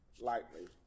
lightly